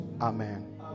amen